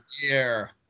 dear